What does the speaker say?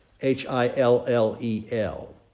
H-I-L-L-E-L